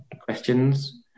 questions